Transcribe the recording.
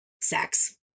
sex